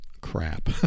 crap